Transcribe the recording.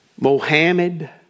Mohammed